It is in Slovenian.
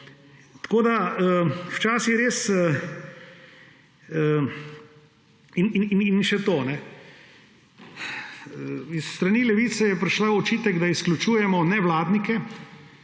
Tako da včasih res … In še to, s strani Levice je prišel očitek, da izključujemo nevladnike